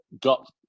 got